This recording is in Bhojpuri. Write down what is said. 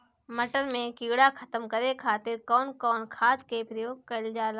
मटर में कीड़ा खत्म करे खातीर कउन कउन खाद के प्रयोग कईल जाला?